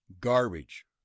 Garbage